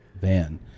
van